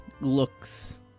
looks